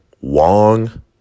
Wong